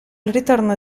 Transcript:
ritorno